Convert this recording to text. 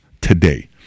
today